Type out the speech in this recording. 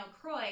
Croy